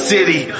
City